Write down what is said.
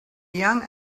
young